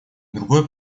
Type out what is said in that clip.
другое